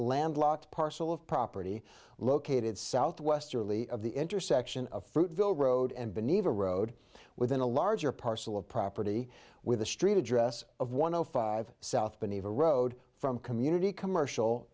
landlocked parcel of property located south westerly of the intersection of fruitvale road and been eva road within a larger parcel of property with a street address of one o five south been eva road from community commercial